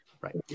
Right